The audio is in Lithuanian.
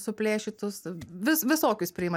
suplėšytus vis visokius priima